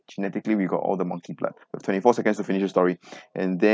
genetically we got all the monkey blood twenty four seconds to finish the story and then